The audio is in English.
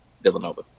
Villanova